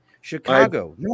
Chicago